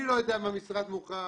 אני לא יודע אם המשרד מוכן,